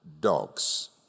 dogs